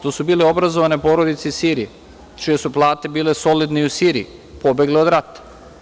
To su bile obrazovane porodice iz Sirije, čije su plate bile solidne i u Siriji, pobeli od rata.